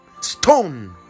stone